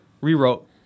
rewrote